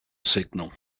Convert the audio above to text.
signal